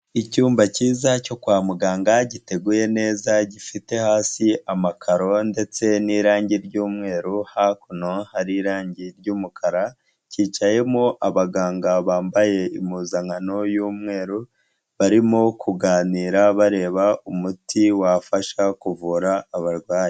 Icyumba cyiza cyo kwa muganga giteguye neza, gifite hasi amakaro ndetse n'irangi ry'umweru, hakuno hari irangi ry'umukara, cyicayemo abaganga bambaye impuzankano y'umweru, barimo kuganira bareba umuti wafasha kuvura abarwayi.